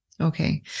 Okay